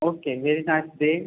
okay व्हेरीना stay